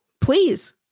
Please